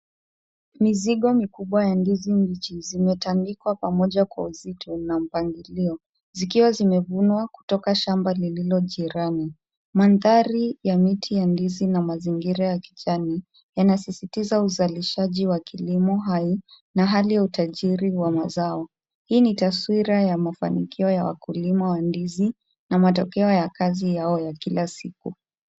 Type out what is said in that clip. Mizigo mikubwa ya ndizi mbichi zimetandikwa pamoja kwa uzito na mpangilio zikiwa zimevunwa kutoka kwa shamba lililo jirani. Mandhari ya miti ya ndizi na mazingira ya kijani yanasisitiza uzalishaji wa kilimo hai na hali ya utajiri wa mazao. Hii ni taswira ya mafanikio ya wakulima wa ndizi na matokeo ya kazi yao ya kila siku.